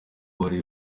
bari